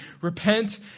repent